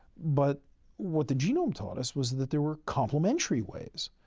but what the genome taught us was that there were complementary ways.